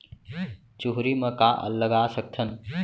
चुहरी म का लगा सकथन?